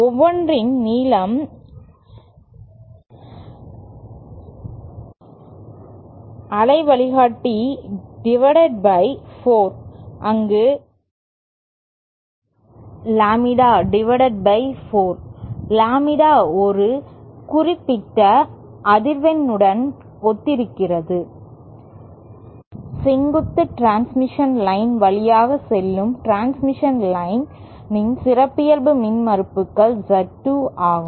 ஒவ்வொன்றின் நீளம் λ4 அங்கு லாம்ப்டா ஒரு குறிப்பிட்ட அதிர்வெண்ணுடன் ஒத்திருக்கிறது செங்குத்து டிரான்ஸ்மிஷன் லைன் வழியாக செல்லும் டிரான்ஸ்மிஷன் லைன் இன் சிறப்பியல்பு மின்மறுப்புகள் Z 2 ஆகும்